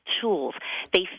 tools—they